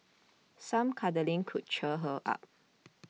some cuddling could cheer her up